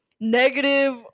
Negative